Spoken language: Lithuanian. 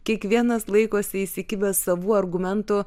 kiekvienas laikosi įsikibęs savų argumentų